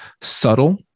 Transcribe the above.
subtle